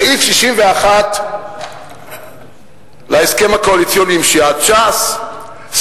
סעיף 61 להסכם הקואליציוני עם סיעת ש"ס, ד.